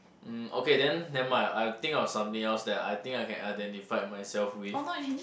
um okay then never mind I'll think of something else that I think I can identify myself with